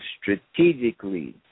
strategically